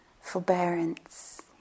forbearance